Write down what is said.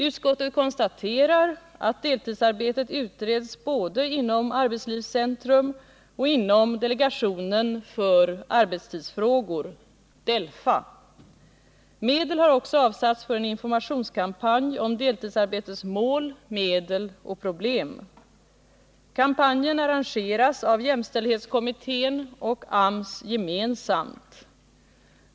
Utskottet konstaterar att deltidsarbetet utreds både inom arbetslivscentrum och inom delegationen för arbetstidsfrågor . Medel har också avsatts för en informationskampanj om deltidsarbetets mål, medel och problem. Kampanjen arrangeras av jämställdhetskommittén och AMS gemensamt.